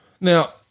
Now